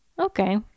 okay